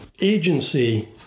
agency